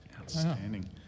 Outstanding